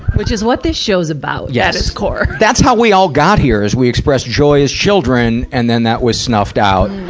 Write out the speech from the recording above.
which is what this show's about yeah at its core. that's how we all got here, is we expressed joy as children and then that was snuffed out.